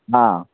हँ